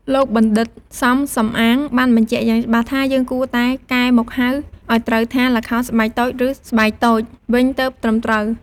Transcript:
លោកបណ្ឌិត សំ សំអាង បានបញ្ជាក់យ៉ាងច្បាស់ថា យើងគួរតែកែមកហៅឱ្យត្រូវថា “ល្ខោនស្បែកតូច ឬ ស្បែកតូច” វិញទើបត្រឹមត្រូវ ។